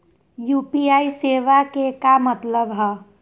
UPI सेवा के का मतलब है?